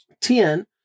10